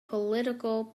political